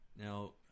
now